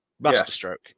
masterstroke